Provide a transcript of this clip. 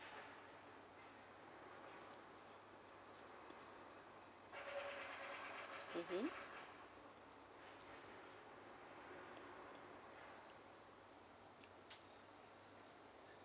mmhmm